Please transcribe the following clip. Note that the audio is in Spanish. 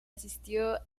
asistió